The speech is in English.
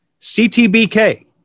CTBK